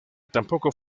tampoco